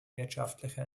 wirtschaftliche